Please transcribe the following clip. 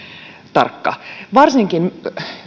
tarkka varsinkin